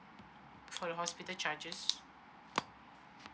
for the hospital charges